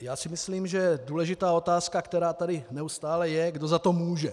Já si myslím, že důležitá otázka, která tady neustále je, je, kdo za to může.